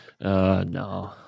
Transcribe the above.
no